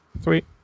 Sweet